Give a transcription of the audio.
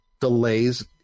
delays